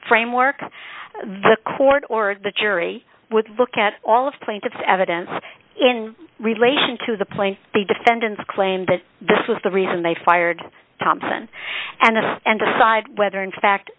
framework the court or the jury would look at all of plaintiff's evidence in relation to the plane the defendant's claim that this was the reason they fired thompson and and decide whether in fact